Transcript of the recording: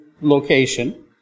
location